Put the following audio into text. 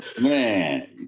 Man